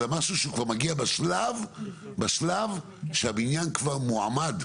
אלא משהו שהוא כבר מגיע בשלב שהבניין כבר מועמד,